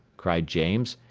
cried james.